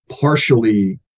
partially